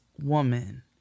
woman